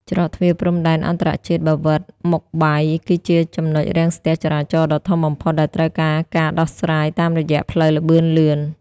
ច្រកទ្វារព្រំដែនអន្តរជាតិបាវិត-ម៉ុកបៃ គឺជាចំណុចរាំងស្ទះចរាចរណ៍ដ៏ធំបំផុតដែលត្រូវការការដោះស្រាយតាមរយៈផ្លូវល្បឿនលឿន។